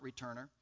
returner